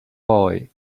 boy